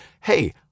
hey—